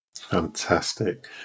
Fantastic